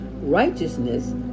righteousness